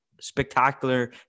spectacular